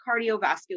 cardiovascular